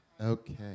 Okay